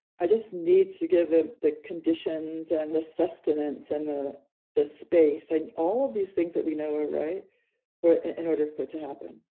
i just need to give him the conditions and the sustenance and the the space and all of these things that we know are right in order for it to happen.